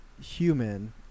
human